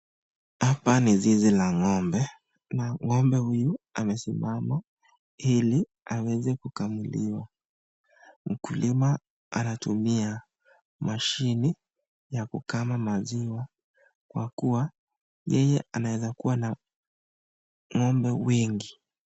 Hapa ni zizi la ng'ombe. Na ng'ombe huyu amesimama ili aweze kukamuliwa. Mkulima anatumia mashine ya kukama maziwa kwa kuwa yeye anaweza kuwa na ng'ombe wengi.